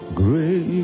grace